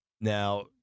Now